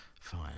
Fine